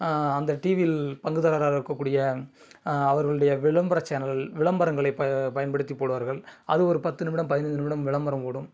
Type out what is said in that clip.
அந்த டிவியில் பங்குதாரராக இருக்கக்கூடிய அவர்களினுடைய விளம்பரச் சேனல் விளம்பரங்களை ப பயன்படுத்தி போடுவார்கள் அது ஒரு பத்து நிமிடம் பதினைந்து நிமிடம் விளம்பரம் ஓடும்